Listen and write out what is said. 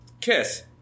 Kiss